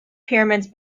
pyramids